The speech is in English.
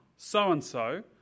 So-and-so